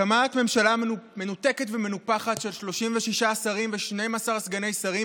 הקמת ממשלה מנותקת ומנופחת של 36 שרים ו-12 סגני שרים